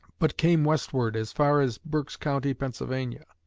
but came westward as far as berks county, pennsylvania.